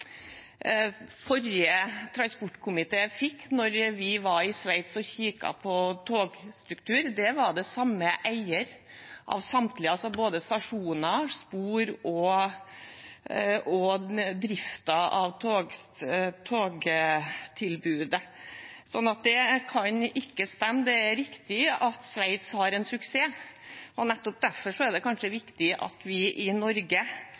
forrige transportkomité fikk da vi var i Sveits og kikket på togstruktur. Der var det samme eier av både stasjoner, spor og drift av togtilbudet, så det kan ikke stemme. Det er riktig at Sveits har suksess, og nettopp derfor er det kanskje viktig at vi i Norge